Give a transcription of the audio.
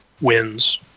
wins